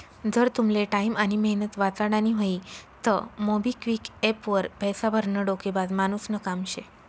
जर तुमले टाईम आनी मेहनत वाचाडानी व्हयी तं मोबिक्विक एप्प वर पैसा भरनं डोकेबाज मानुसनं काम शे